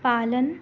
पालन